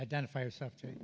identify yourself j